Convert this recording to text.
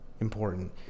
important